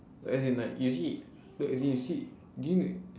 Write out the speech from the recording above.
as in like you see no as in you see dude